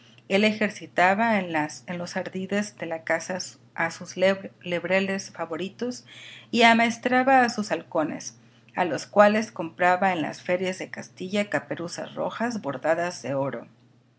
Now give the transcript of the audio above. él ejercitaba en los ardides de la caza a sus lebreles favoritos y amaestraba a sus halcones a los cuales compraba en las ferias de castila caperuzas rojas bordadas de oro